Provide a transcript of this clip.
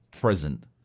present